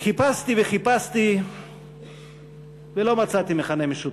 חיפשתי וחיפשתי ולא מצאתי מכנה משותף.